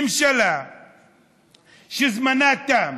ממשלה שזמנה תם.